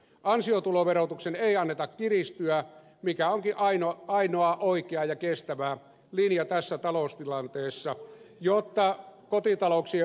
ansiotuloverotuksen ei anneta kiristyä mikä onkin ainoa oikea ja kestävä linja tässä taloustilanteessa jotta kotitalouksien ostovoima säilyy